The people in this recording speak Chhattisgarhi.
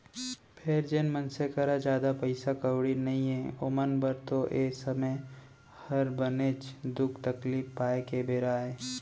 फेर जेन मनसे करा जादा पइसा कउड़ी नइये ओमन बर तो ए समे हर बनेच दुख तकलीफ पाए के बेरा अय